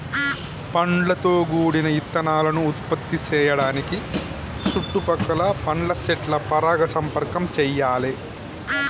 పండ్లతో గూడిన ఇత్తనాలను ఉత్పత్తి సేయడానికి సుట్టు పక్కల పండ్ల సెట్ల పరాగ సంపర్కం చెయ్యాలే